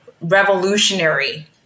revolutionary